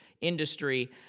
industry